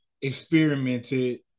experimented